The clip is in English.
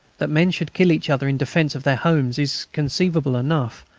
that men should kill each other in defence of their homes is conceivable enough,